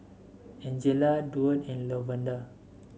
Angela Duard and Lavonda